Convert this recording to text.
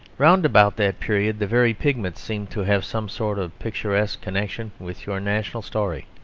round about that period, the very pigments seemed to have some sort of picturesque connection with your national story.